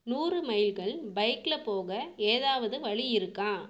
நூறு மைல்கள் பைக்கில் போக ஏதாவது வழி இருக்கா